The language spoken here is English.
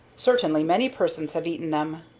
certainly many persons have eaten them,